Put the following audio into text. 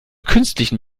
künstlichen